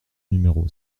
numéro